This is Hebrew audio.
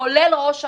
כולל ראש הממשלה.